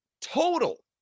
total